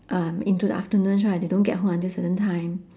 um into the afternoons right they don't get home until certain time